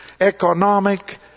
Economic